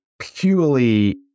purely